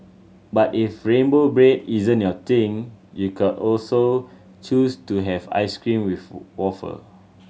but if rainbow bread isn't your thing you could also choose to have ice cream with wafer